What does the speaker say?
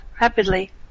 rapidly